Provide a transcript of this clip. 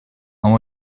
нам